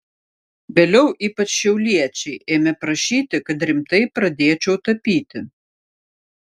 vėliau ypač šiauliečiai ėmė prašyti kad rimtai pradėčiau tapyti